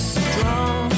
strong